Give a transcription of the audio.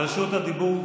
רשות הדיבור,